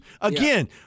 Again